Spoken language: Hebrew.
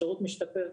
השירות משתפר.